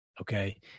Okay